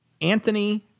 Anthony